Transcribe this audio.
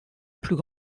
plus